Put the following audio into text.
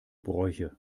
bräuche